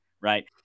Right